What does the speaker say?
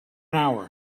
hour